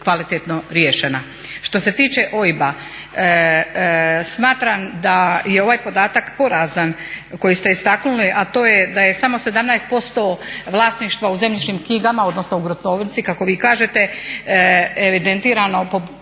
kvalitetno riješena. Što se tiče OIB-a smatram da je ovaj podatak porazan koji ste istaknuli, a to je da je samo 17% vlasništva u zemljišnim knjigama odnosno u gruntovnici kako vi kažete evidentirano po osnovu